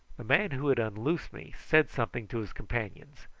the man who had unloosed me said something to his companions,